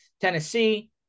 Tennessee